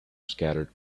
scattered